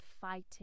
fighting